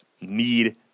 need